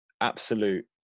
absolute